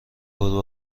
گربه